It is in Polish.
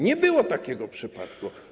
Nie było takiego przypadku.